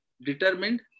determined